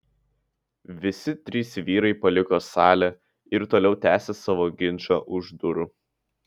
visi trys vyrai paliko salę ir toliau tęsė savo ginčą už durų